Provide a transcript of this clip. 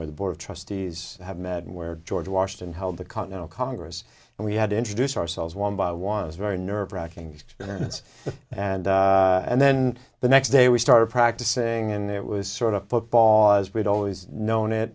where the board of trustees have met and where george washington held the continental congress and we had to introduce ourselves one by one was very nerve wracking experience and and then the next day we started practicing and it was sort of football as we'd always known it